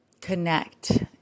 connect